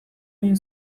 egin